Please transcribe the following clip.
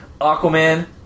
Aquaman